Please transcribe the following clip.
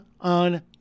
on